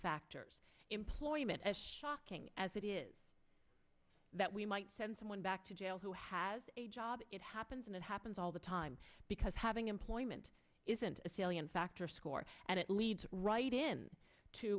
factors employment as shocking as it is that we might send someone back to jail who has a job it happens and it happens all the time because having employment isn't a salient factor score and it leads right in to